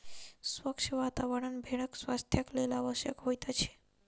स्वच्छ वातावरण भेड़क स्वास्थ्यक लेल आवश्यक होइत अछि